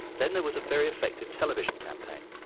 then there was a very effective television campaign.